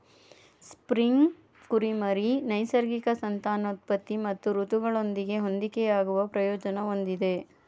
spring ಕುರಿಮರಿ ನೈಸರ್ಗಿಕ ಸಂತಾನೋತ್ಪತ್ತಿ ಮತ್ತು ಋತುಗಳೊಂದಿಗೆ ಹೊಂದಿಕೆಯಾಗುವ ಪ್ರಯೋಜನ ಹೊಂದಿದೆ